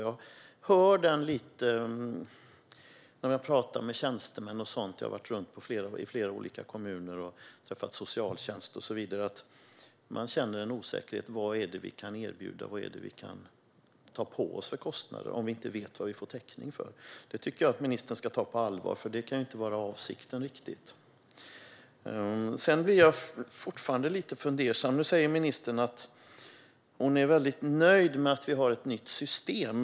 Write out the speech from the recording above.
Jag har varit runt i olika kommuner och träffat socialtjänst, talat med tjänstemän och så vidare. De känner en osäkerhet när det gäller vad kommunerna kan erbjuda och vilka kostnader de kan ta på sig eftersom de inte vet vad de får täckning för. Jag tycker att ministern ska ta det på allvar. Det kan inte vara avsikten. Jag är fortfarande lite fundersam. Ministern säger nu att hon är nöjd med att vi har ett nytt system.